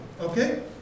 okay